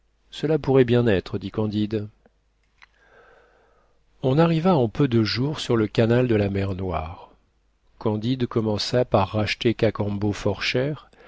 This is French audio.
cela pourrait bien être dit candide on arriva en peu de jours sur le canal de la mer noire candide commença par racheter cacambo fort cher